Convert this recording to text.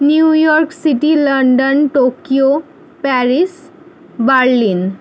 New York City London Tokyo Paris Berlin